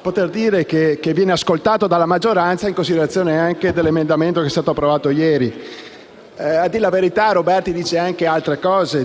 poter dire che viene ascoltato dalla maggioranza, in considerazione anche dell'emendamento approvato ieri. A dire la verità, Roberti dice anche altre cose,